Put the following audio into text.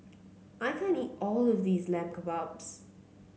I can't eat all of this Lamb Kebabs